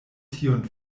tiun